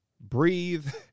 breathe